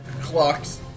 clock's